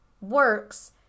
works